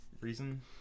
reason